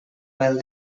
while